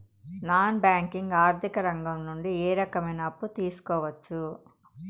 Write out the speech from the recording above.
Non banking ఆర్థిక రంగం నుండి ఏ రకమైన అప్పు తీసుకోవచ్చు?